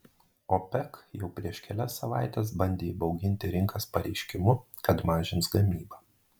opec jau prieš kelias savaites bandė įbauginti rinkas pareiškimu kad mažins gamybą